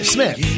Smith